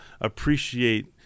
appreciate